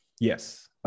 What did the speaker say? Yes